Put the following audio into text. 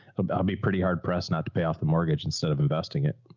um i'll be pretty hard pressed not to pay off the mortgage instead of investing it.